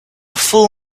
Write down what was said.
full